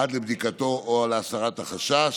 עד לבדיקתו או להסרת החשש,